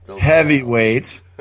Heavyweight